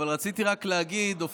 אבל רציתי רק להגיד, אופיר,